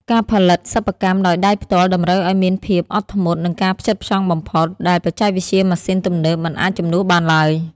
ការផលិតសិប្បកម្មដោយដៃផ្ទាល់តម្រូវឱ្យមានភាពអត់ធ្មត់ និងការផ្ចិតផ្ចង់បំផុត ដែលបច្ចេកវិទ្យាម៉ាស៊ីនទំនើបមិនអាចជំនួសបានឡើយ។